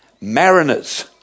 Mariners